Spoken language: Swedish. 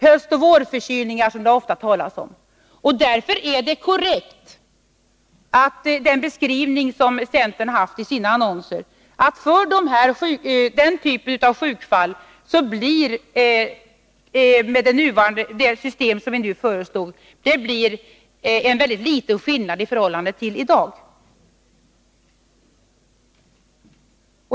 Höstoch vårförkylningar talas det ofta om i detta sammanhang. Därför är den beskrivning som centern har haft i sina annonser korrekt. Med det system som vi nu föreslår blir det för denna typ av sjukdomsfall en begränsad skillnad i förhållande till i dag.